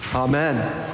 Amen